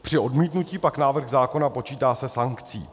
Při odmítnutí pak návrh zákona počítá se sankcí.